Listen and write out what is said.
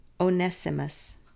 Onesimus